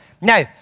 Now